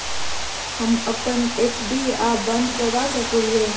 हम अप्पन एफ.डी आ बंद करवा सको हियै